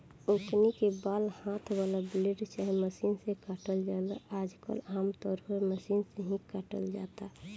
ओकनी के बाल हाथ वाला ब्लेड चाहे मशीन से काटल जाला आजकल आमतौर पर मशीन से ही काटल जाता